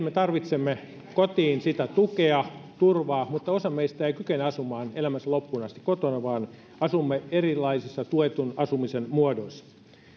me tarvitsemme kotiin tukea ja turvaa mutta osa meistä ei kykene asumaan elämänsä loppuun asti kotona vaan asumme erilaisissa tuetun asumisen muodoissa